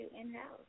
in-house